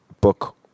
book